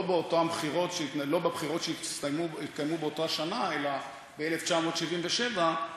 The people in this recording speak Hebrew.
לא בבחירות שהתקיימו באותה שנה אלא ב-1977,